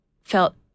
felt